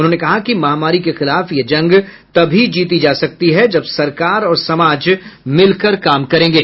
उन्होंने कहा कि महामारी के खिलाफ यह जंग तभी जीती जा सकती है जब सरकार और समाज मिलकर काम करेंगे